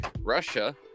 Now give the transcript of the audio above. Russia